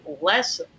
less